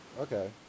okay